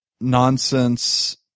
nonsense